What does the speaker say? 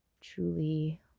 truly